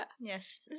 Yes